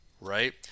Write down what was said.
Right